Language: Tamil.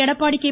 எடப்பாடி கே